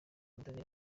ubutabera